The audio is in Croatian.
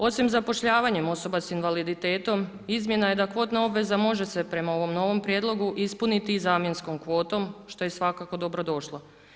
Osim zapošljavanjem osoba s invaliditetom, izmjena je da kvotna obveza može se, prema ovom novom prijedlogu, ispuniti i zamjenskom kvotom što je svakako dobrodošlo.